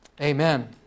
Amen